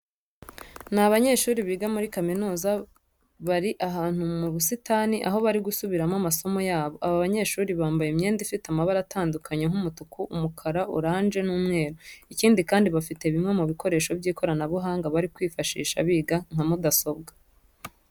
Ni abanyeshuri biga muri kaminuza, bari ahantu mu busitani aho bari gusubiramo amasomo yabo. Aba banyeshuri bambaye imyenda ifite amabara atandukanye nk'umutuku, umukara, orange n'umweru. Ikindi kandi bafite bimwe mu bikoresho by'ikoranabuhanga bari kwifashisha biga nka mudasobwa.